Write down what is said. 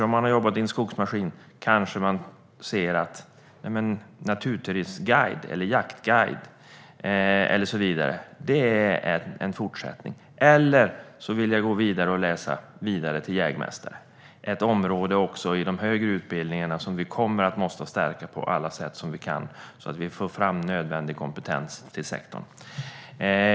Om man har jobbat i en skogsmaskin kanske man ser arbete som till exempel naturturistguide eller jaktguide som en fortsättning, eller så vill man läsa vidare till jägmästare. Det här är ett område som vi kommer att behöva stärka på alla sätt vi kan även inom de högre utbildningarna, så att vi får fram nödvändig kompetens till sektorn.